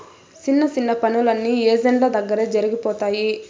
సిన్న సిన్న పనులన్నీ ఏజెంట్ల దగ్గరే జరిగిపోతాయి